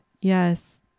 yes